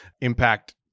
impact